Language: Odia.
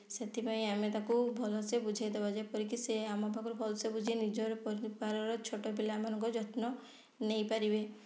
ସେଥିପାଇଁ ଆମେ ତାକୁ ଭଲ ସେ ବୁଝାଇ ଦବା ଯେ ଯେପରି କି ସେ ଆମ ପାଖରୁ ଭଲ୍ ସେ ବୁଝି ନିଜର ପରିବାରର ଛୋଟ ପିଲାମାନଙ୍କ ଯତ୍ନ ନେଇ ପାରିବେ